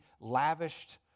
lavished